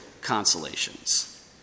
consolations